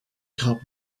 cup